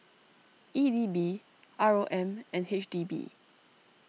E D B R O M and H D B